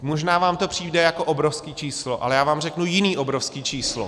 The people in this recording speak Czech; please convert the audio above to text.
Možná vám to přijde jako obrovské číslo, ale já vám řeknu jiné obrovské číslo.